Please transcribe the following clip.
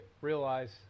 realize